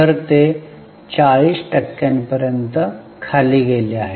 तर ते 40 टक्क्यांपर्यंत खाली गेले आहेत